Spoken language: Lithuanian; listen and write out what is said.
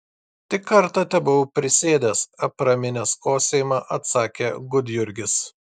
tik kartą tebuvau prisėdęs apraminęs kosėjimą atsakė gudjurgis